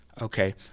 okay